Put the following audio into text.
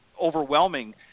overwhelming